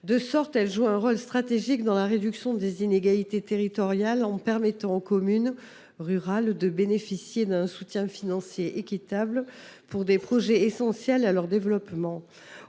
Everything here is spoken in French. publics. Elle joue un rôle stratégique dans la réduction des inégalités territoriales en permettant aux communes rurales de bénéficier d’un soutien financier équitable pour des projets essentiels à leur développement.